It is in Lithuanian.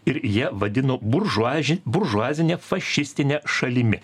ir ją vadino buržuazija buržuazine fašistine šalimi